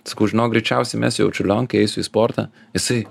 sakau žinok greičiausiai mesiu jau čiurlionkę eisiu į sportą jisai